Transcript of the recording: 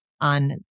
on